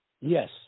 Yes